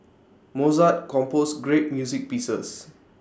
Mozart composed great music pieces